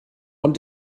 ond